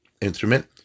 instrument